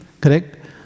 correct